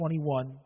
21